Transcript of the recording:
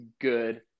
good